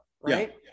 right